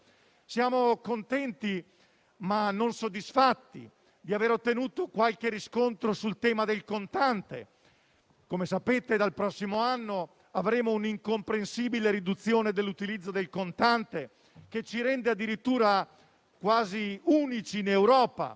Siamo contenti, ma non soddisfatti, di aver ottenuto qualche riscontro sul tema del contante. Come sapete, dal prossimo anno avremo un'incomprensibile riduzione del suo utilizzo, che ci rende addirittura quasi unici in Europa,